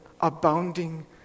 abounding